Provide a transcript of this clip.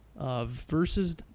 versus